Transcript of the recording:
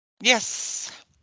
Yes